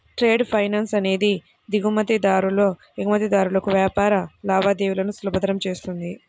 trade finance అనేది దిగుమతిదారులు, ఎగుమతిదారులకు వ్యాపార లావాదేవీలను సులభతరం చేస్తుంది